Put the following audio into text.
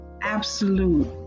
absolute